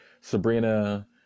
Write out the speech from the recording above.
Sabrina